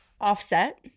Offset